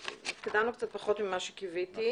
התקדמנו קצת פחות ממה שקיוויתי,